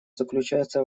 заключается